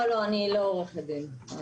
לא, אני לא עורכת דין.